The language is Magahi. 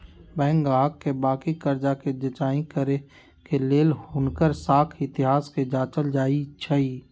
बैंक गाहक के बाकि कर्जा कें जचाई करे के लेल हुनकर साख इतिहास के जाचल जाइ छइ